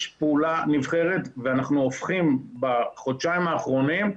יש פעולה נבחרת ואנחנו הופכים בחודשיים האחרונים,